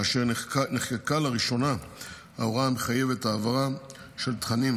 כאשר נחקקה לראשונה הוראה המחייבת העברה של תכנים